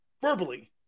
Verbally